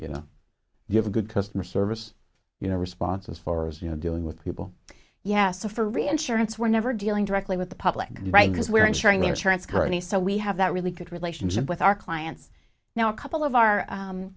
you know you have good customer service you know response as far as you know dealing with people yeah so for reinsurance we're never dealing directly with the public right because we're ensuring there terrence kearney so we have that really good relationship with our clients now a couple of our